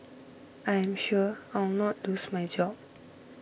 I am sure I will not lose my job